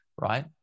right